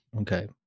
Okay